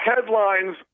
headlines